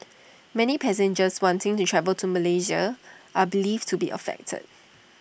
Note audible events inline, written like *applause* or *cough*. *noise* many passengers wanting to travel to Malaysia are believed to be affected